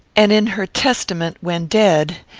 and in her testament when dead,